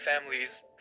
families